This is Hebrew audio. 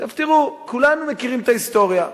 עכשיו תראו, כולנו מכירים את ההיסטוריה,